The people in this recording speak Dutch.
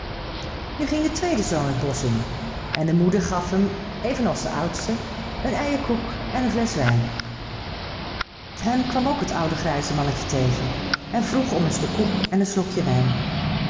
nu ging de tweede zoon het bosch in en de moeder gaf hem even als den oudsten een eierkoek en een flesch wijn hem kwam ook het oude grijze mannetje tegen en vroeg om een stuk koek en een slokje wijn